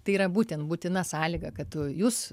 tai yra būten būtina sąlyga kad tu jūs